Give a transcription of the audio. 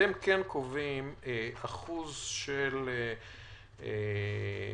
אתם כן קובעים אחוז של מגעים